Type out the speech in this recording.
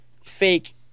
fake